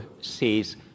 says